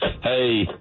Hey